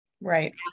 Right